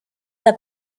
the